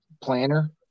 planner